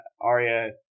Arya